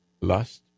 Lust